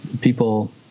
people